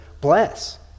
bless